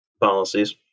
policies